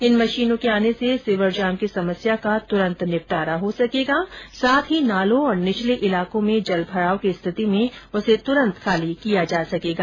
इन मशीनों के आने से सीवर जाम की समस्या का तुरन्त निपटारा हो सकेगा साथ ही नालों और निचले इलाकों में जल भराव की स्थिति में उसे तुरन्त खाली किया जा सकेगा